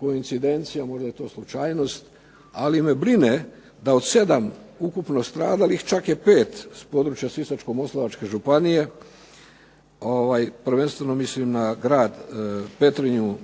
koincidencija, možda je to slučajnost, ali me brine da od 7 ukupno stradalih čak je 5 s područja Sisačko-moslavačke županije. Prvenstveno mislim na grad Petrinju,